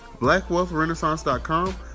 BlackWealthRenaissance.com